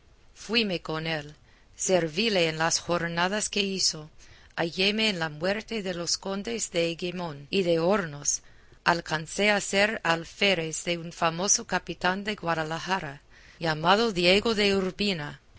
propósito fuime con él servíle en las jornadas que hizo halléme en la muerte de los condes de eguemón y de hornos alcancé a ser alférez de un famoso capitán de guadalajara llamado diego de urbina